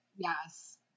Yes